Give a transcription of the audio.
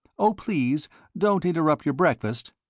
oh, please don't interrupt your breakfast.